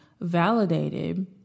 validated